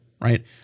right